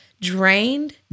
drained